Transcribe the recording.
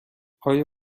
آیا